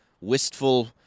wistful